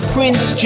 Prince